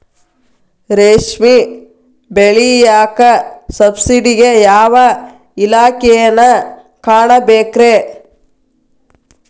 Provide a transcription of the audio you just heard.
ರೇಷ್ಮಿ ಬೆಳಿಯಾಕ ಸಬ್ಸಿಡಿಗೆ ಯಾವ ಇಲಾಖೆನ ಕಾಣಬೇಕ್ರೇ?